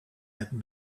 had